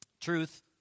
truth